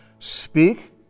Speak